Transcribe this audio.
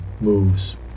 moves